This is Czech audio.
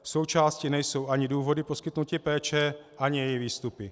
Součástí nejsou ani důvody poskytnutí péče ani její výstupy.